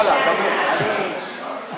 יאללה, דבר,